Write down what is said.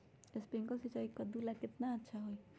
Sprinkler सिंचाई कददु ला केतना अच्छा होई?